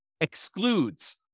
excludes